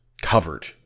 covered